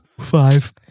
Five